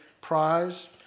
prize